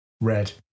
Red